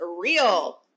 real